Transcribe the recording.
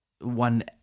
one